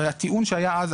הרי הטיעון שהיה אז,